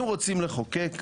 אם רוצים לחוקק,